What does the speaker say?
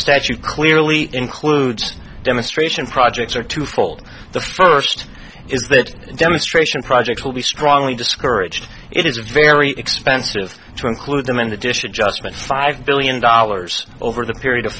statute clearly includes demonstration projects are twofold the first is that demonstration projects will be strongly discouraged it is a very expensive to include them in the dish adjustments five billion dollars over the period of